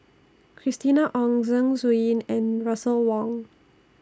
Christina Ong Zeng Shouyin and Russel Wong